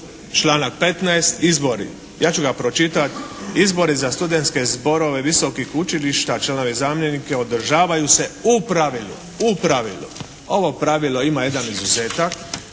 članak 15. izbori, ja ću ga pročitati: Izbori za studentske zborove visokih učilišta, članove i zamjenike održavaju se u pravilu. Ovo pravilo ima jedan izuzetak